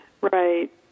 Right